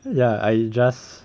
ya I just